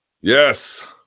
Yes